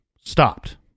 stopped